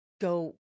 go –